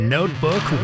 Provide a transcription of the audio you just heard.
Notebook